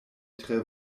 tre